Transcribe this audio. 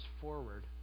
forward